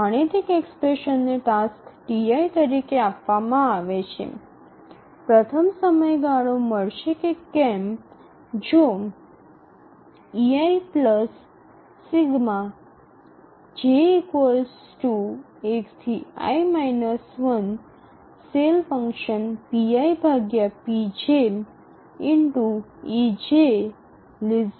ગાણિતિક એક્સપ્રેશન ને task Ti તરીકે આપવામાં આવે છે પ્રથમ સમયગાળો મળશે કે કેમ જો ei ⌈ ⌉∗ej ≤ pi